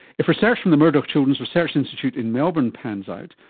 if research from the murdoch children's research institute in melbourne pans out,